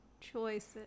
choices